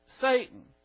Satan